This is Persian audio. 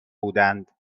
بودند